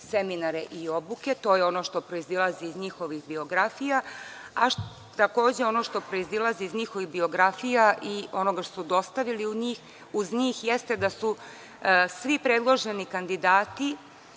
seminare i obuke. To je ono što proizilazi iz njihovih biografija. Takođe, ono što proizilazi iz njihovih biografija i onoga što su dostavili uz njih, jeste da su svi predloženi kandidati